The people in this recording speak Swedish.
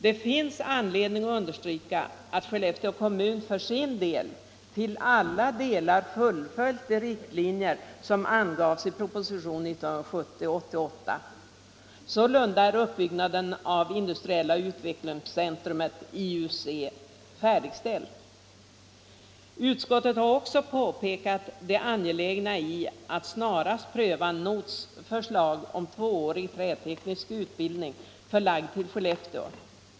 Det finns anledning understryka att Skellefteå kommun för sitt vidkommande till alla delar fullföljt de riktlinjer som angavs i propositionen 88 år 1970. Sålunda är uppbyggnaden av det industriella utvecklingscentrumet, IUC, färdig. Utskottet har också påpekat det angelägna i att snarast pröva NoTH:s förslag om tvåårig träteknisk utbildning förlagd till Skellefteå.